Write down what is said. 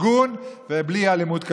הגון ובלי אלימות כלכלית.